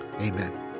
amen